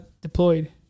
deployed